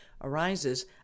arises